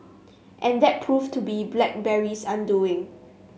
and that proved to be BlackBerry's undoing